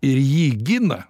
ir jį gina